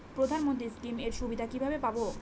প্রধানমন্ত্রী স্কীম এর সুবিধা কিভাবে পাবো?